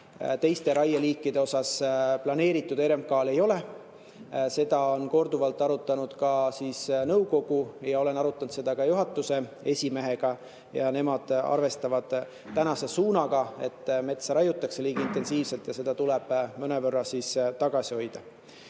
intensiivsust RMK‑l planeeritud ei ole. Seda on korduvalt arutanud nõukogu ja ma olen arutanud seda ka juhatuse esimehega. Nemad arvestavad tänase suunaga, et metsa raiutakse liiga intensiivselt ja seda tuleb mõnevõrra tagasi hoida.